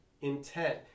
intent